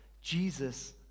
Jesus